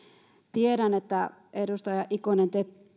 tiedän että te edustaja ikonen